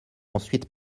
ensuite